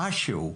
משהו.